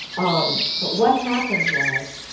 umm. but what happened was,